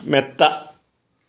മെത്ത